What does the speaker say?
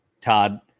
Todd